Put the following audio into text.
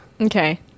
Okay